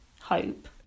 hope